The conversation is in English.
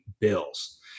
bills